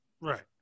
Right